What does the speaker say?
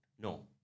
No